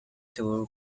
tour